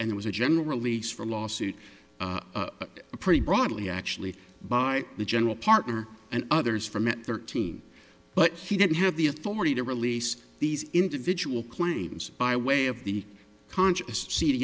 and it was a general release from lawsuit pretty broadly actually by the general partner and others from thirteen but he didn't have the authority to release these individual claims by way of the conscious c